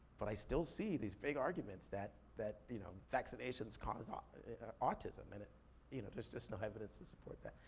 but i still see these big arguments that that you know vaccinations cause ah autism. and you know, there's just no evidence to support that.